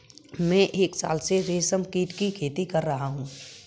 मैं एक साल से रेशमकीट की खेती कर रहा हूँ